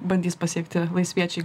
bandys pasiekti laisviečiai